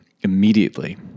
immediately